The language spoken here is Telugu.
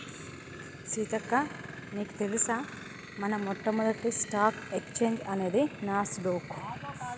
సీతక్క నీకు తెలుసా మన మొట్టమొదటి స్టాక్ ఎక్స్చేంజ్ అనేది నాస్ డొక్